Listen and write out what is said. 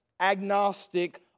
agnostic